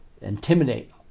intimidate